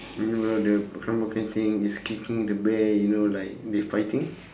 meanwhile the thing is kicking the bear you know like they fighting